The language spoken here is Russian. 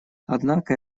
однако